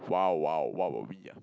!wow! !wow! where were we ah